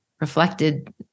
reflected